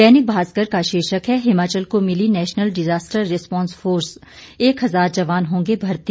दैनिक भास्कर का शीर्षक है हिमाचल को मिली नेशनल डिजास्टर रिस्पॉन्स फोर्स एक हजार जवान होंगे भर्ती